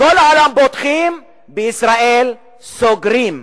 בכל העולם פותחים, בישראל סוגרים.